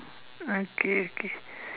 okay okay